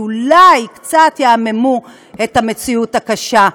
שאולי קצת יעמעמו את המציאות הקשה.